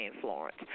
Florence